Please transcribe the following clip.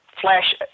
flash